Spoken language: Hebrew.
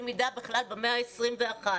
למידה בכלל במאה ה-21,